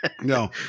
no